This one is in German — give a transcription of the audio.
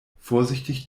vorsichtig